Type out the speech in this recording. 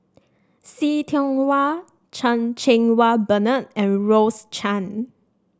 See Tiong Wah Chan Cheng Wah Bernard and Rose Chan